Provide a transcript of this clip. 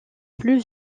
plus